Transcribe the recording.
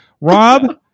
Rob